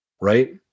right